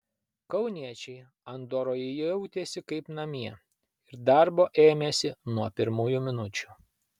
kauniečiai andoroje jautėsi kaip namie ir darbo ėmėsi nuo pirmųjų minučių